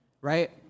right